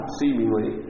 seemingly